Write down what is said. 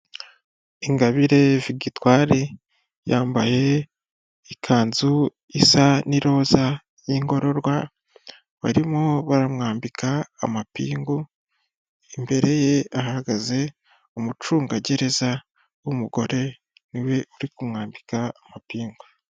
Ingabire Vigitwari yambaye ikanzu isa n'iroza, y'ingororwa, barimo baramwambika amapingu, imbere ye ahagaze umucungagereza w'umugore, ni we uri kumwambika amapingu.